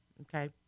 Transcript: Okay